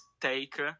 take